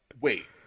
wait